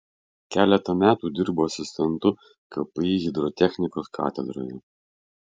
keletą metų dirbo asistentu kpi hidrotechnikos katedroje